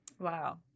Wow